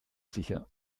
sicher